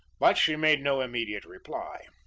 but she made no immediate reply,